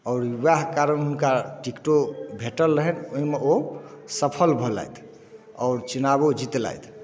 आओर उएह कारण हुनका टिकटो भेटल रहनि ओहिमे ओ सफल भेलथि आओर चुनावो जितलथि